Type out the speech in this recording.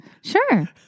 Sure